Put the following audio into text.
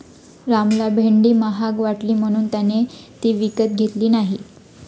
रामला भेंडी महाग वाटली म्हणून त्याने ती विकत घेतली नाही